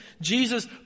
Jesus